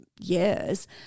years